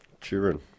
children